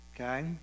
Okay